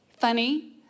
funny